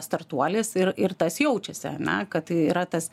startuolis ir ir tas jaučiasi ane kad tai yra tas